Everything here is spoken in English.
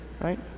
right